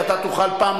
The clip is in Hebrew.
ארוכה,